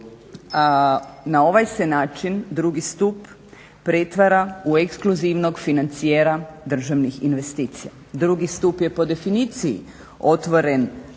na ovaj se način drugi stup pretvara u ekskluzivnog financijera državnih investicija. Dugi stup je po definiciji otvoren